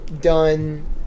done